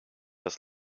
das